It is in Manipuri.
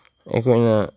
ꯑꯩꯈꯣꯏꯅ